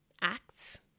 acts